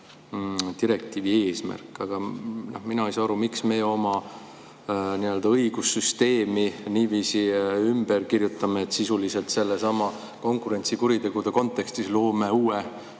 direktiivi eesmärk. Mina ei saa aru, miks me oma õigussüsteemi niiviisi ümber kirjutame, et sisuliselt selles konkurentsikuritegude kontekstis loome uue